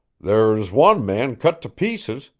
there's wan man cut to pieces,